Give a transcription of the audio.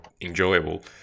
enjoyable